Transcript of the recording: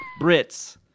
Brits